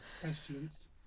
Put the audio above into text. Questions